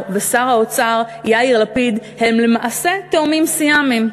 ושר האוצר יאיר לפיד הם למעשה תאומים סיאמיים.